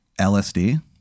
LSD